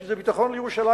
כי זה ביטחון לירושלים.